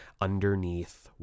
underneath